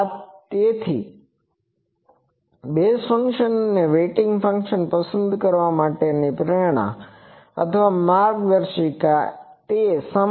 તેથી base function અને weighting function પસંદ કરવા માટેની પ્રેરણા અથવા માર્ગદર્શિકા તે સમાન છે